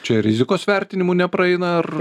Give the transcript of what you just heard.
čia rizikos vertinimu nepraeina ar